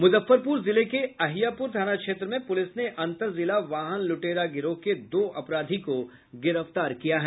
मुजफ्फरपुर जिले के अहियापुर थाना क्षेत्र में पुलिस ने अंतर जिला वाहन लूटेरे गिरोह के दो अपराधी को गिरफ्तार किया है